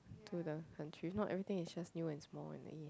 to the country if not everything is just new and small and !ee!